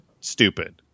stupid